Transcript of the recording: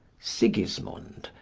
sigismund,